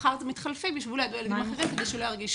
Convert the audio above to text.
ומחר מתחלפים וישבו לידו ילדים אחרים כדי שהוא לא ירגיש